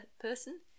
person